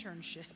internship